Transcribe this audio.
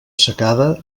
secada